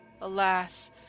alas